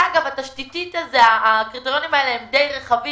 אגב, הקריטריונים האלה הם די רחבים.